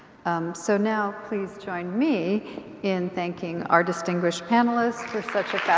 so now please join me in thanking our distinguished panelists for such a